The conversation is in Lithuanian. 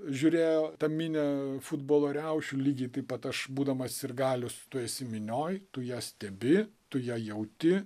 žiūrėjo tą minią futbolo riaušių lygiai taip pat aš būdamas sirgalius tu esi minioj tu ją stebi tu ją jauti